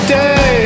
day